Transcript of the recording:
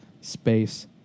space